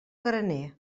graner